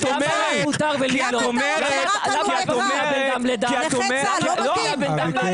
לנכי צה"ל זה לא מתאים?